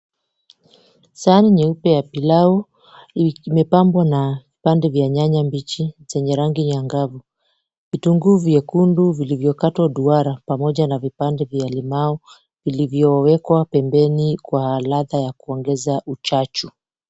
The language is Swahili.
Sahani nyeupe ya pilau imepambwa na vipande vya nyanya mbichi zenye rangi ya ngavu. Vitunguu vyekundu vilivyokatwa duara pamoja na vipande vya limau vilivyowekwa pembeni kwa ladha ya kuongeza uchachu.